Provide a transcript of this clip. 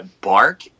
Bark